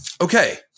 Okay